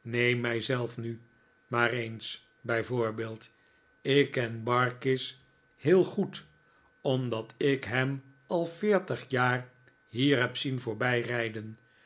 neem mij zelf nu maar eens bij voorbeeld ik ken barkis heel goed omdat ik hem al veertig jaar hier heb zien